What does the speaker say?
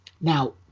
Now